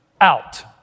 out